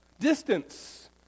Distance